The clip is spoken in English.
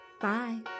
Bye